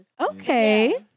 okay